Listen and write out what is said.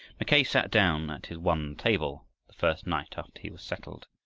mackay sat down at his one table, the first night after he was settled.